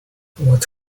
what